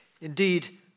Indeed